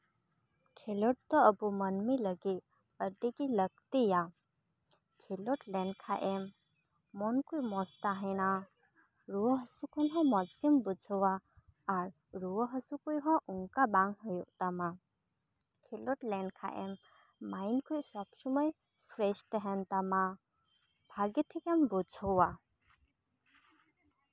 ᱠᱷᱮᱞᱳᱰ ᱫᱚ ᱟᱵᱚ ᱢᱟᱹᱱᱢᱤ ᱞᱟᱹᱜᱤᱫ ᱟᱹᱰᱤᱜᱮ ᱞᱟᱹᱠᱛᱤᱭᱟ ᱠᱷᱮᱞᱳᱰ ᱞᱮᱱᱠᱷᱟᱱ ᱮᱢ ᱢᱚᱱ ᱠᱚ ᱢᱚᱡᱽ ᱛᱟᱦᱮᱱᱟ ᱨᱩᱣᱟᱹ ᱦᱟᱹᱥᱩ ᱠᱷᱚᱱ ᱦᱚᱸ ᱢᱚᱡᱽ ᱜᱮᱢ ᱵᱩᱡᱷᱟᱹᱣᱟ ᱟᱨ ᱨᱩᱣᱟᱹ ᱦᱟᱹᱥᱩ ᱠᱚ ᱦᱚᱸ ᱚᱱᱠᱟ ᱵᱟᱝ ᱦᱩᱭᱩᱜ ᱛᱟᱢᱟ ᱠᱷᱮᱞᱳᱰ ᱞᱮᱱᱠᱷᱟᱱ ᱮᱢ ᱢᱟᱭᱤᱱᱰ ᱦᱚᱸ ᱥᱚᱵ ᱥᱚᱢᱚᱭ ᱯᱷᱮᱨᱮᱥ ᱛᱟᱦᱮᱱ ᱛᱟᱢᱟ ᱵᱷᱟᱹᱜᱤ ᱴᱷᱤᱠᱮᱢ ᱵᱩᱡᱷᱟᱹᱣᱟ